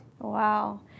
Wow